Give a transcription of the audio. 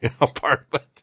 apartment